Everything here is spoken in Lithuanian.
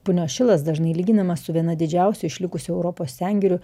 punios šilas dažnai lyginamas su viena didžiausių išlikusių europos sengirių